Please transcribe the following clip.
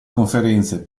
conferenze